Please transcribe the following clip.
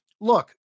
look